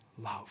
love